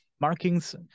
markings